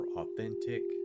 authentic